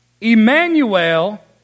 Emmanuel